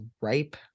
ripe